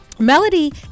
Melody